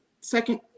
second